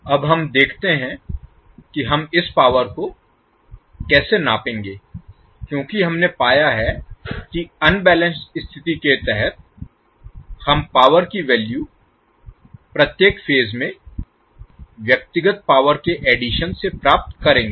अब हम देखते हैं कि हम इस पावर को कैसे नापेंगे क्योंकि हमने पाया है कि अनबैलेंस्ड स्थिति के तहत हम पावर की वैल्यू प्रत्येक फेज में व्यक्तिगत पावर के एडिशन से प्राप्त करेंगे